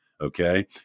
Okay